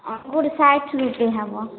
अङ्गूर साठि रुपैए हइ